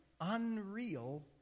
unreal